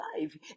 life